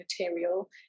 material